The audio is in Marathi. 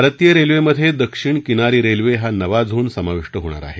भारतीय रेल्वेमध्ये दक्षिण किनारी रेल्वे हा नवा झोन समाविष्ट होणार आहे